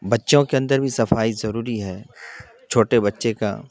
بچوں کے اندر بھی صفائی ضروری ہے چھوٹے بچے کا